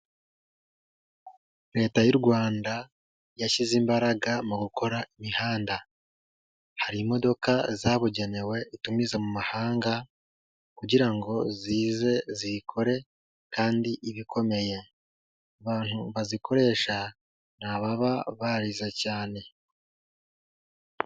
Leta y'u Rwanda yashyize imbaraga mu gukora imihanda, hari imodoka zabugenewe utumiza mu mahanga, kugira ngo zize ziyikore kandi ibe ikomeye, abantu bazikoresha ni ababa barize cyane.